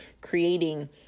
creating